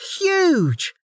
huge